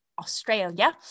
australia